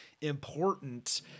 important